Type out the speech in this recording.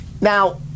now